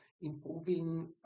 improving